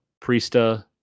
priesta